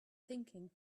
thinking